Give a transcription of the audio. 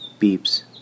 Beeps